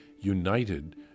united